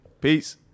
peace